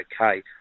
okay